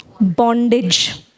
bondage